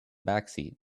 backseat